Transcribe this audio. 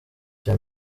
cya